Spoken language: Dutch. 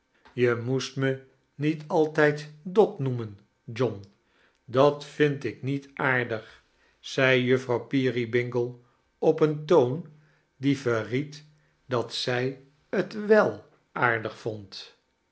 je moest me niet altijd dot nioeimeii john dat viind ik niet aardig zei juffrouw peerybingle op een toon die verried dat zij t wel aaj dig vond